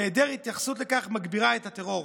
והיעדר התייחסות לכך מגבירה את הטרור.